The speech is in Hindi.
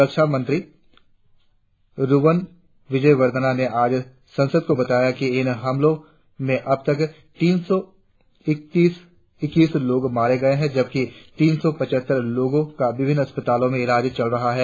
रक्षा मंत्री रुवन विजयवर्दना ने आज संसद को बताया कि इन हमलों में अबतक तीन सौ इक्कीस लोग मारे गये है जबकि तीन सौ पचहत्तर लोगों का विभिन्न अस्पतालों में इलाज चल रहा है